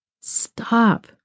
stop